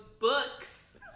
books